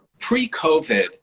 Pre-COVID